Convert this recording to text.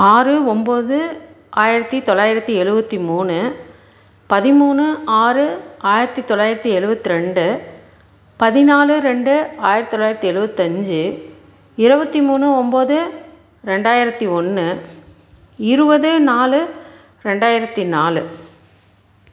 ஆறு ஒன்போது ஆயிரத்தி தொளாயிரத்தி எழுபத்தி மூணு பதிமூணு ஆறு ஆயிரத்தி தொளாயிரத்தி எழுபத்து ரெண்டு பதினாலு ரெண்டு ஆயிரத்தி தொளாயிரத்தி எழுபத்து அஞ்சு இருபத்தி மூணு ஒன்போது ரெண்டாயிரத்தி ஒன்று இருபது நாலு ரெண்டாயிரத்தி நாலு